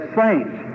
saints